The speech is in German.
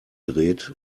dreht